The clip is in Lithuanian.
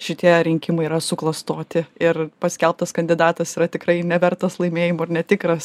šitie rinkimai yra suklastoti ir paskelbtas kandidatas yra tikrai nevertas laimėjimo ir netikras